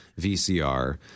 VCR